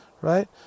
right